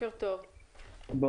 אני